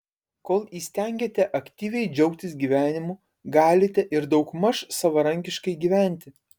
kol įstengiate aktyviai džiaugtis gyvenimu galite ir daugmaž savarankiškai gyventi